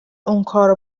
اونکارو